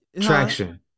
traction